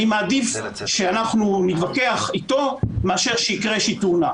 אני מעדיף שאנחנו נתווכח אתו מאשר תקרה איזו שהיא תאונה.